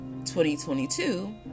2022